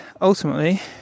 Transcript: ultimately